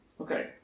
Okay